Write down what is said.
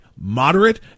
moderate